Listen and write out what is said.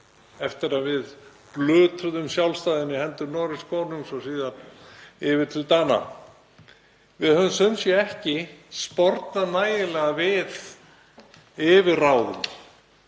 eftir að við glutruðum sjálfstæðinu í hendur Noregskonungs og síðar yfir til Dana. Við höfum sumsé ekki spornað nægilega við yfirráðum